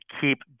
keep